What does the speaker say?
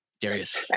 Darius